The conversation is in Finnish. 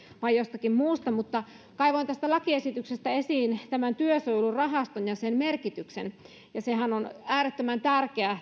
vai jostakin muusta kaivoin tästä lakiesityksestä esiin tämän työsuojelurahaston ja sen merkityksen tämän rahaston tehtävä on äärettömän tärkeä